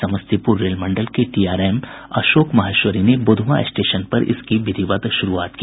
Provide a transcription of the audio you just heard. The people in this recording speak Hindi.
समस्तीपुर रेल मंडल के डीआरएम अशोक माहेश्वरी ने बुधमा स्टेशन पर इसकी विधिवत शुरूआत की